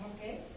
Okay